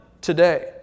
today